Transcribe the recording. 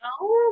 No